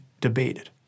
debated